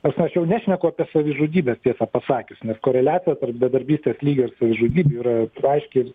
ta prasme aš jau nešneku apie savižudybes tiesą pasakius nes koreliacija tarp bedarbystės lygio ir savižudybių yra aiškiai